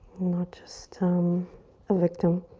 not just um a victim